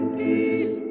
peace